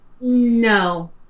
No